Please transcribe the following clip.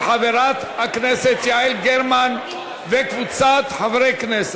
של חברת הכנסת יעל גרמן וקבוצת חברי הכנסת,